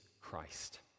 Christ